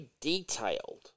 detailed